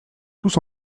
tous